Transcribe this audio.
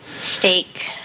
Steak